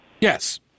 yes